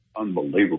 unbelievable